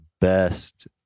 best